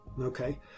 Okay